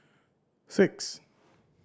six